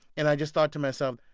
and i just thought to myself,